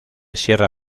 sierra